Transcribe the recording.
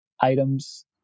items